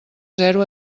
zero